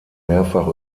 mehrfach